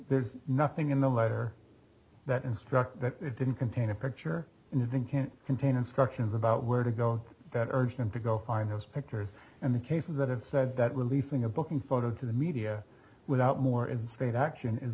there's nothing in the letter that instructs that it didn't contain a picture in a thing can't contain instructions about where to go that urged him to go find his pictures and the cases that it said that were leasing a booking photo to the media without more insane action is